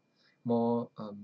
more um